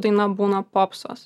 daina būna popsas